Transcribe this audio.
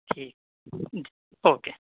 ٹھیک اوکے